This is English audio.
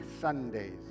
sundays